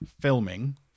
filming